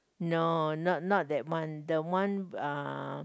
no not not that one the one uh